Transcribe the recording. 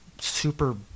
super